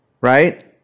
Right